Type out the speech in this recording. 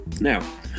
Now